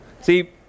See